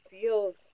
feels